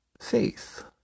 faith